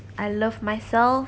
I love myself